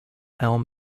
elm